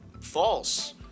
false